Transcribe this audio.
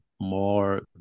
more